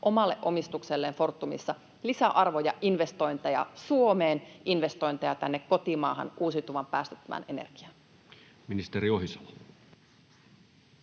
omalle omistukselleen Fortumissa lisäarvoa ja investointeja Suomeen, investointeja tänne kotimaahan uusiutuvaan, päästöttömään energiaan. [Speech